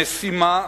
המשימה,